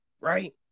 Right